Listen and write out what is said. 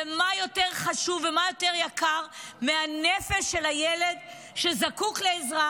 ומה יותר חשוב ומה יותר יקר מהנפש של הילד שזקוק לעזרה?